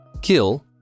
Kill